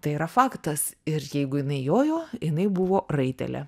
tai yra faktas ir jeigu jinai jojo jinai buvo raitelė